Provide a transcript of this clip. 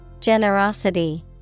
Generosity